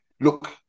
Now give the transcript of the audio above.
look